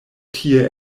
tie